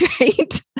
right